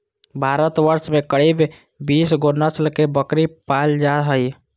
भारतवर्ष में करीब बीस गो नस्ल के बकरी पाल जा हइ